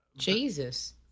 Jesus